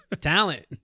Talent